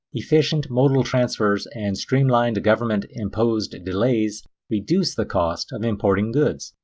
efficient modal transfers and streamlined government imposed delays reduce the cost of importing goods,